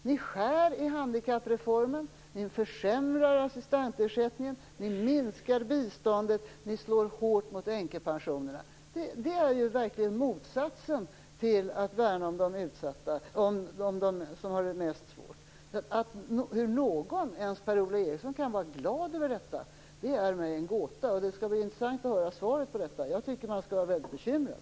Ni skär i handikappreformen, ni försämrar assistentersättningen, ni minskar biståndet och ni slår hårt mot änkepensionerna. Det är ju verkligen motsatsen till att värna de utsatta och dem som har det svårast. Hur någon, ens Per-Ola Eriksson, kan vara glad över detta är mig en gåta. Det skall bli intressant att höra en kommentar till detta. Jag tycker att man skall vara väldigt bekymrad.